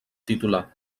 titular